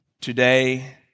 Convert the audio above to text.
today